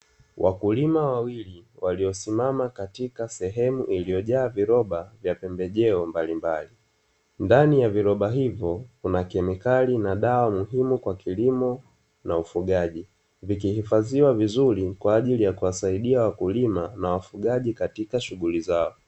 Wakulima wawili waliosimama katika sehemu iliyojaa viroba vya pembejeo mbalimbali. Ndani ya viroba hivyo kuna kemikali na dawa muhimu kwa kilimo na ufugaji, vikihifadhiwa vizuri kwa ajili ya kuwasaidia wakulima na wafugaji katika shughuli zao.